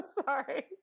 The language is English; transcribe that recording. sorry